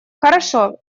хорошо